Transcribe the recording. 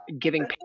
giving